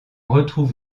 retrouve